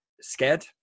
scared